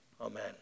Amen